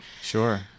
Sure